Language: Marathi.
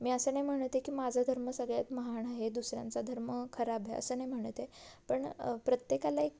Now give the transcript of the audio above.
मी असं नाही म्हणते की माझं धर्म सगळ्यात महान आहे दुसऱ्यांचा धर्म खराब आहे असं नाही म्हणत आहे पण प्रत्येकाला एक